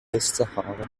westsahara